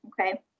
okay